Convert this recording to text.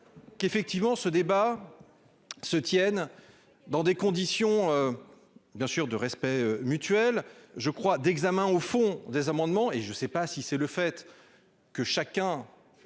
Qu'effectivement ce débat. Se tienne dans des conditions. Bien sûr, de respect mutuel. Je crois d'examen au fond des amendements et je sais pas si c'est le fait que chacun.